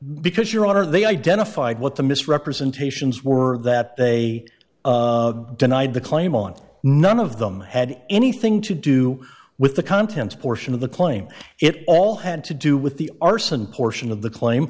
because your honor they identified what the misrepresentations were that they denied the claim on none of them had anything to do with the contents portion of the claim it all had to do with the arson portion of the claim